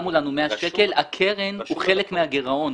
היא חלק מהגירעון.